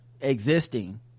existing